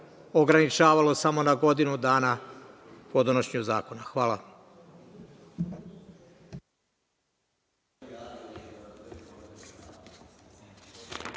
ograničavalo samo na godinu dana od donošenja zakona. Hvala.